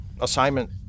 assignment